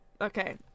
Okay